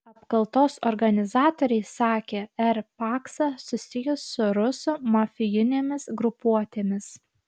apkaltos organizatoriai sakė r paksą susijus su rusų mafijinėmis grupuotėmis